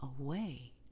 away